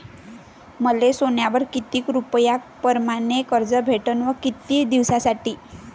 मले सोन्यावर किती रुपया परमाने कर्ज भेटन व किती दिसासाठी?